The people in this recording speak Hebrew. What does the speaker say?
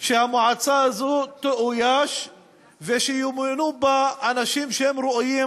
שהמועצה הזאת תאויש וימונו בה אנשים שהם ראויים,